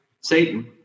Satan